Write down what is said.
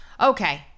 Okay